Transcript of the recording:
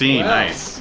nice